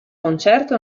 concerto